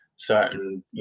certain